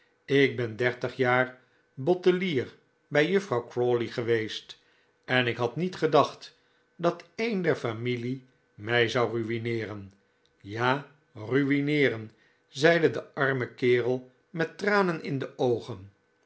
ik ben dertig jaar bottelier bij juffrouw crawley geweest en ik had niet gedacht dat een der familie mij zou rui'neeren ja ruineeren zeide de arme kerel met tranen in de oogen